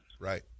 Right